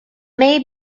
may